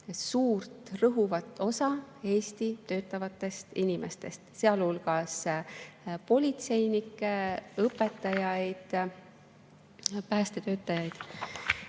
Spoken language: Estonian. suurt rõhuvat osa Eesti töötavatest inimestest, sealhulgas politseinikke, õpetajaid, päästetöötajaid.